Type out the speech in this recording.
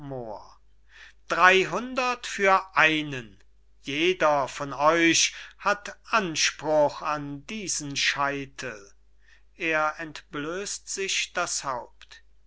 dreyhundert für einen jeder von euch hat anspruch an diesen scheitel er entblößt sich das